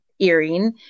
earring